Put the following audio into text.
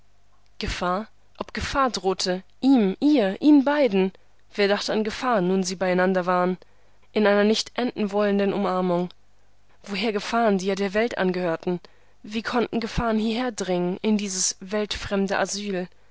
gefahr ob gefahr drohte ihm ihr ihnen beiden wer dachte an gefahr nun sie beieinander waren in einer nicht endenwollenden umarmung woher gefahren die ja der welt angehören wie konnten gefahren hierherdringen in dieses weltfremde asyl